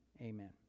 Amen